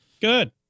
Good